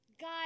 God